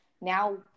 now